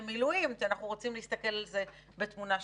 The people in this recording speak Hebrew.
מילואים כי אנחנו רוצים להסתכל על זה כתמונה שלמה.